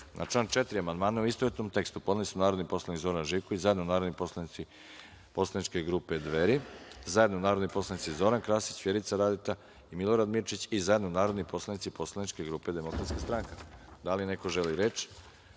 član 4. amandmane u istovetnom tekstu podneli su narodni poslanik Zoran Živković, zajedno narodni poslanici poslaničke grupe Dveri, zajedno narodni poslanici Zoran Krasić, Vjerica Radeta, Milorad Mirčić i zajedno narodni poslanici poslaničke grupe DS.Da li neko želi reč?